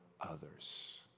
others